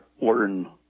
learn